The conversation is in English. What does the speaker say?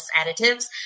additives